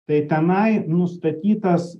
tai tenai nustatytas